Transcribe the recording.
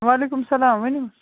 وعلیکُم سلام ؤنِو